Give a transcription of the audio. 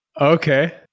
Okay